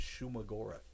Shumagora